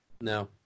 No